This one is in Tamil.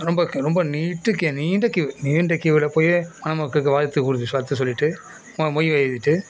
ரொம்ப க ரொம்ப நீட்டு க்யூ நீண்ட க்யூ நீண்ட க்யூவில் போயி மணமக்களுக்கு வாழ்த்து குடுத் வாழ்த்து சொல்லிட்டு மொ மொய் எழுதிட்டு